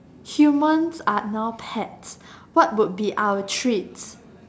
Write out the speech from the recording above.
humans are now pets what would be our treats